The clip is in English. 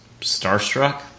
Starstruck